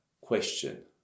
question